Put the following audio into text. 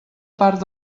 part